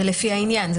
זה לפי העניין.